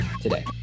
today